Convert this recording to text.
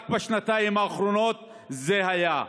רק בשנתיים האחרונות זה היה.